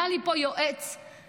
היה לי פה יועץ עילוי,